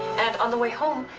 and on the way home,